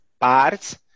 parts